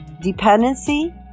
dependency